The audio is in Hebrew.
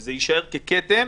וזה יישאר ככתם.